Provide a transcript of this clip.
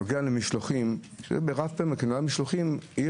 לכן אתה מעלה מחירים.